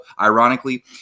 ironically